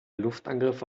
luftangriffe